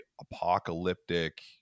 apocalyptic